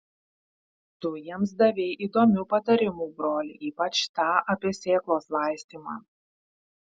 tu jiems davei įdomių patarimų broli ypač tą apie sėklos laistymą